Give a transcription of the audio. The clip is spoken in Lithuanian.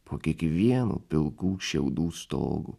po kiekvienu pilkų šiaudų stogu